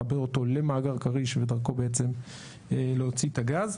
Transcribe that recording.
לחבר אותו למאגר כריש ודרכו בעצם להוציא את הגז.